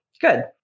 good